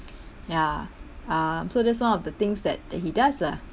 ya uh so that's one of the things that he does lah